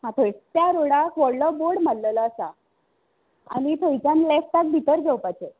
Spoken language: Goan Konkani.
आं थंय त्या रोडाक व्हडलो बोड माल्ललो आसा आनी थंयच्यान लॅफ्टाक भितर घेवपाचें